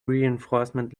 reinforcement